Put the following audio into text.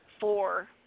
four